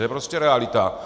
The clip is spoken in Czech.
To je prostě realita.